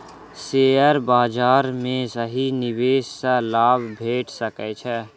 share बाजार में सही निवेश सॅ लाभ भेट सकै छै